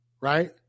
Right